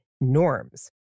norms